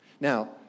Now